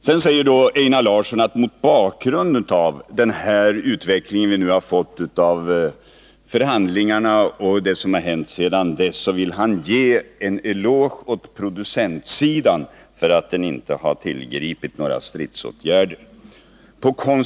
Sedan säger Einar Larsson att han mot bakgrund av utvecklingen i förhandlingarna och det som hänt sedan dess vill ge en eloge åt producentsidan för att den inte tillgripit några stridsåtgärder.